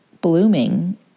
blooming